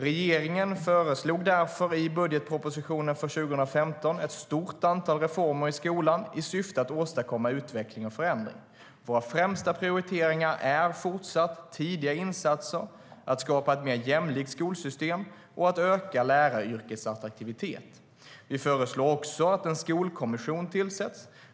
Regeringen föreslog därför i budgetpropositionen för 2015 ett stort antal reformer i skolan i syfte att åstadkomma utveckling och förändring. Våra främsta prioriteringar är även fortsättningsvis tidiga insatser, att skapa ett mer jämlikt skolsystem och att öka läraryrkets attraktivitet. Vi föreslår också att en skolkommission tillsätts.